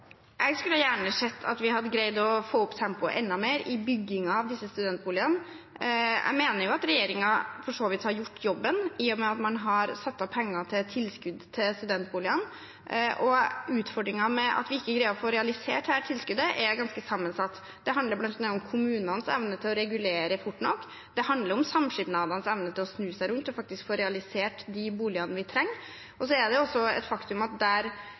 Jeg skulle gjerne sett at vi hadde greid å få opp tempoet enda mer i byggingen av disse studentboligene. Jeg mener at regjeringen for så vidt har gjort jobben, i og med at man har satt av penger til tilskudd til studentboliger. Utfordringen med at vi ikke greier å få realisert dette tilskuddet, er ganske sammensatt. Det handler bl.a. om kommunenes evne til å regulere fort nok. Det handler om samskipnadenes evne til å snu seg rundt og faktisk få realisert de boligene vi trenger. Og så er det også et faktum at der behovet ofte er størst – ikke alltid, men ofte – er i pressområder, der